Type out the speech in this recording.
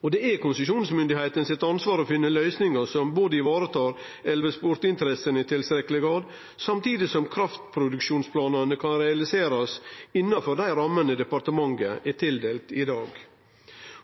padling. Det er konsesjonsmyndigheita sitt ansvar å finne løysingar som varetar elvesportsinteressene i tilstrekkeleg grad, samtidig som kraftproduksjonsplanane kan realiserast innanfor dei rammene departementet har i dag.